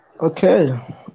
okay